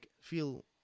feel